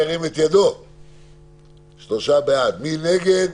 מי נגד?